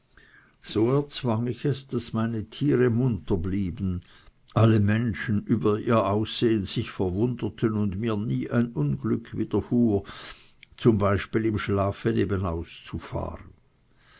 so erzwang ich es daß meine tiere munter blieben alle menschen über ihr aussehen sich verwunderten und mir nie ein unglück widerfuhr zum beispiel im schlafe nebenaus zu fahren